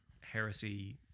heresy